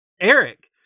Eric